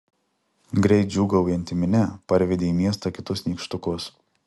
greit džiūgaujanti minia parvedė į miestą kitus nykštukus